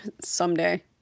Someday